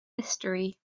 mystery